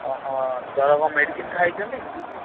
ଜର କ'ଣ ମେଡ଼ିସିନ୍ ଖାଇଛନ୍ତି କିଛି